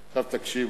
עכשיו, תקשיבו: